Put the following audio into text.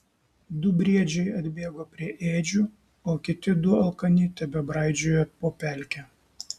du briedžiai atbėgo prie ėdžių o kiti du alkani tebebraidžiojo po pelkę